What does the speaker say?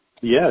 Yes